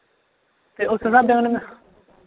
ते उस स्हाबे कन्नै